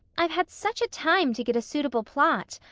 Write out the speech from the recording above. i've had such a time to get a suitable plot.